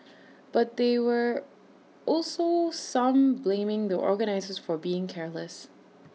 but they were also some blaming the organisers for being careless